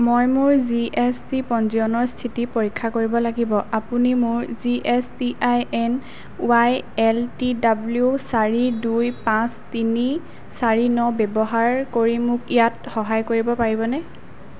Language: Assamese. মই মোৰ জি এছ টি পঞ্জীয়নৰ স্থিতি পৰীক্ষা কৰিব লাগিব আপুনি মোৰ G S T I N Y L T W চাৰি দুই পাঁচ তিনি চাৰি ন ব্যৱহাৰ কৰি মোক ইয়াত সহায় কৰিব পাৰিবনে